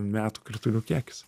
metų kritulių kiekis